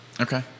okay